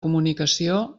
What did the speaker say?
comunicació